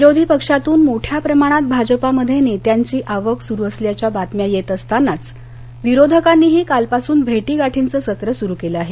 विरोधी पक्षातून मोठ्या प्रमाणात भाजपामध्ये नेत्यांची आवक सुरु असल्याच्या बातम्या येत असतानाच विरोधकांनीही कालपासून भेटीगाठींचं सत्र सुरु केलं आहे